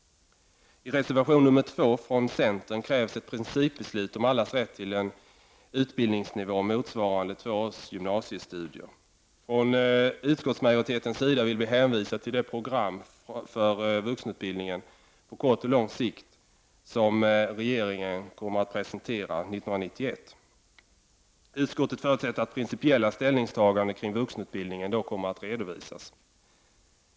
I reservation nr 2 från centern krävs ett principbeslut om allas rätt till en utbildningsnivå motsvarande två års gymnasiestudier. Från utskottsmajoritetens sida vill vi hänvisa till det program för vuxenutbildningen på kort och lång sikt som regeringen kommer att presentera 1991. Utskottet förutsätter att principiella ställningstaganden kring vuxenutbildningen då kommer att redovisas.